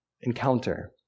encounter